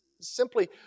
simply